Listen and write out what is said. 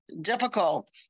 difficult